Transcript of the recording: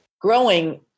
growing